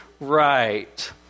right